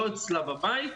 לא אצלה בבית,